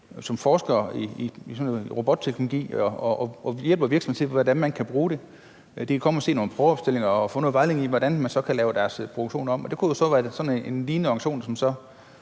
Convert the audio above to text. sådan noget robotteknologi og hjælper virksomhederne med, hvordan de kan bruge det. De kan komme og se nogle fremvisninger og få noget vejledning i, hvordan de så kan lave deres produktion om. Det kunne jo være sådan en lignende organisation, som så